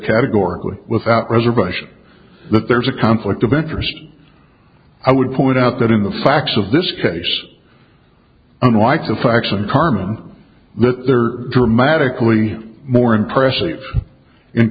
categorically without reservation that there is a conflict of interest i would point out that in the facts of this case unlike the facts and carmen that they are dramatically more impressive